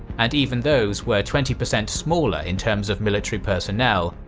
and even those were twenty percent smaller in terms of military personnel,